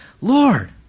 Lord